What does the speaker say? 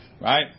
right